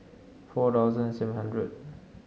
four thousand seven hundred